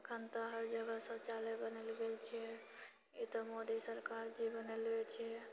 अखन तऽ हर जगह शौचालय बनल गेल छिऐ ई तऽ मोदी सरकार जी बनेले छिऐ